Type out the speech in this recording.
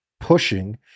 pushing